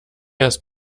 erst